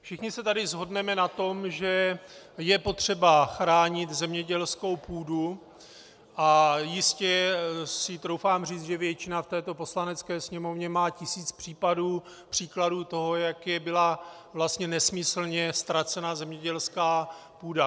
Všichni se tady shodneme na tom, že je potřeba chránit zemědělskou půdu, a jistě si troufám říct, že většina v této Poslanecké sněmovně má tisíc příkladů toho, jak byla nesmyslně ztracena zemědělská půda.